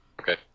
Okay